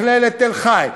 מכללת תל-חי,